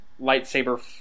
lightsaber